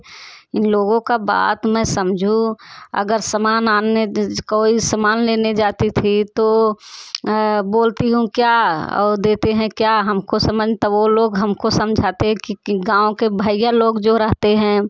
इन लोगों का बात मैं समझूँ अगर सामान आने देज कोई सामान लेने जाती थी तो बोलती हूँ क्या और देते है क्या हमको समझ में तो वे लोग हमको समझाते हैं कि गाँव के भैया लोग जो रहते हैं